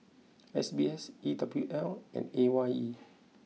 S B S E W L and A Y E